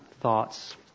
thoughts